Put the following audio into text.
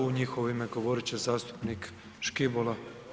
U njihovo ime govorit će zastupnik Škibola.